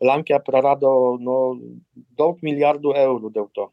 lenkija prarado nu daug milijardų eurų dėlto